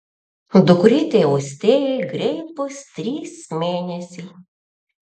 dukrytei austėjai greit bus trys mėnesiai